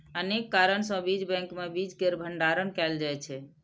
अनेक कारण सं बीज बैंक मे बीज केर भंडारण कैल जाइ छै